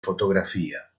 fotografía